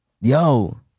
yo